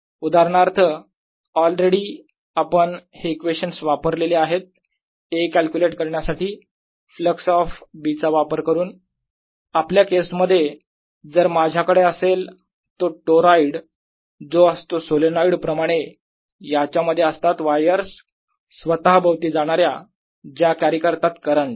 उदाहरणार्थ ऑलरेडी आपण हे इक्वेशन्स वापरलेले आहे A कॅल्क्युलेट करण्यासाठी फ्लक्स ऑफ B चा वापर करून आपल्या केसमध्ये जर माझ्याकडे असेल तो टोराईड जो असतो सोलेनोईड प्रमाणे याच्यामध्ये असतात वायर्स स्वतःभोवती जाणाऱ्या ज्या कॅरी करतात करंट